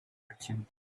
merchant